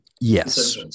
Yes